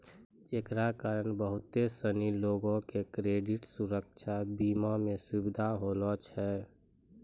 जेकरा कारण बहुते सिनी लोको के क्रेडिट सुरक्षा बीमा मे सुविधा होलो छै